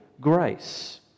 grace